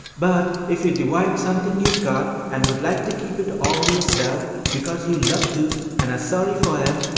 but if you divide something you've got, and would like to keep it all yourself, because you love to, and are sorry for em,